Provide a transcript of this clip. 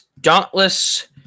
Dauntless